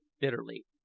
bitterly